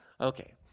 Okay